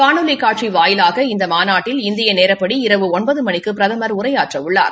காணொலி காட்சி வாயிலாக இந்த மாநாட்டில் இந்திய நேரப்படி இரவு ஒன்பது மணிக்கு பிரதமா உரையாற்றவுள்ளார்